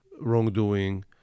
wrongdoing